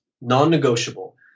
non-negotiable